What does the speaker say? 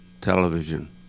television